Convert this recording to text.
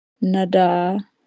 Nada